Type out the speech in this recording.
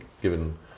given